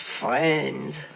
friends